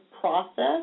process